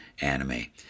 anime